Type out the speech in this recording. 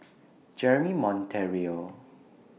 Jeremy Monteiro